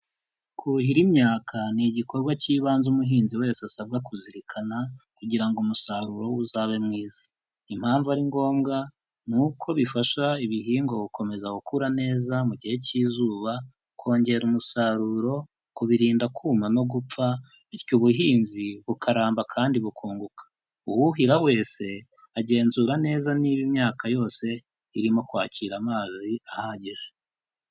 Kuhira imyaka ni igikorwa cy'ibanze umuhinzi wese asabwa kuzirikana kugira ngo umusaruro we uzabe mwiza, impamvu ari ngombwa, ni uko bifasha ibihingwa gukomeza gukura neza mu gihe cy'izuba, kongera umusaruro, kubirinda kuma no gupfa, bityo ubuhinzi bukaramba kandi bukunguka, uwuhira wese agenzura neza niba imyaka yose irimo kwakira amazi ahagije.